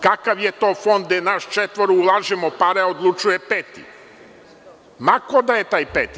Kakav je to Fond gde nas četvoro ulažemo pare, a odlučuje peti, ma ko da je taj peti.